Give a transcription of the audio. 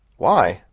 why?